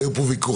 היו פה ויכוחים.